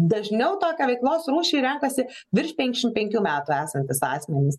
dažniau tokią veiklos rūšį renkasi virš penkiasdešimt penkių metų esantys asmenys